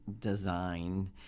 design